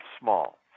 small